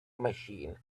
machine